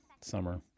Summer